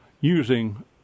using